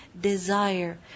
desire